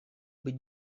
быть